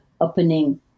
opening